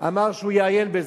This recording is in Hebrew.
אמר שהוא יעיין בזה.